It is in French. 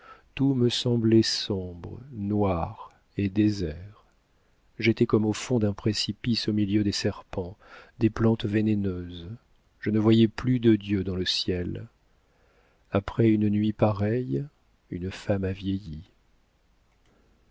tout me semblait sombre noir et désert j'étais comme au fond d'un précipice au milieu des serpents des plantes vénéneuses je ne voyais plus de dieu dans le ciel après une nuit pareille une femme a vieilli